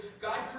God